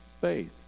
faith